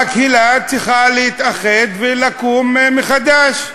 המקהלה צריכה להתאחד ולקום מחדש,